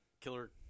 killer